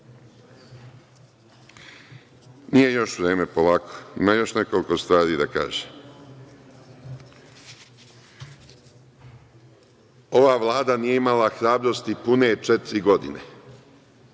još vreme, polako, imam još nekoliko stvari da kažem. Ova Vlada nije imala hrabrosti pune četiri godine